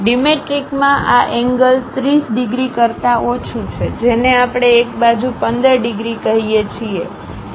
ડિમેટ્રિકમાં આ angle 30 degree કરતા ઓછું છે જેને આપણે એક બાજુ 15 ડિગ્રી કહીએ છીએ